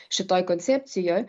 šitoj koncepcijoj